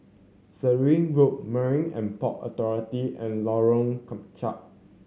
Sirat Road Marine And Port Authority and Lorong Kemunchup